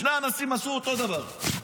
שני האנשים עשו אותו דבר.